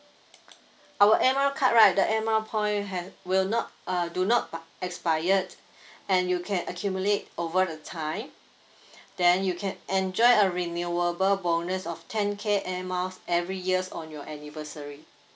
our air mile card right the air mile point had will not uh do not expire and you can accumulate over the time then you can enjoy a renewable bonus of ten K air miles every year on your anniversary